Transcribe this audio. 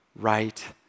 right